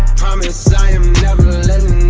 promise i am never